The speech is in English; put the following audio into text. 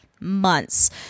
months